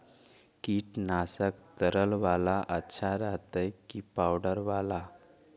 कीटनाशक तरल बाला अच्छा रहतै कि पाउडर बाला?